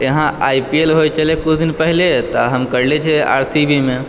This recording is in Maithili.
यहाँ आई पी एल होइ छलै किछु दिन पहिले तऽ हम करले छी